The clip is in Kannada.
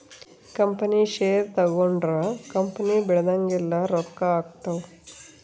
ಕಂಪನಿ ಷೇರು ತಗೊಂಡ್ರ ಕಂಪನಿ ಬೆಳ್ದಂಗೆಲ್ಲ ರೊಕ್ಕ ಆಗ್ತವ್